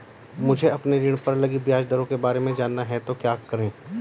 मुझे अपने ऋण पर लगी ब्याज दरों के बारे में जानना है तो क्या करें?